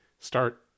start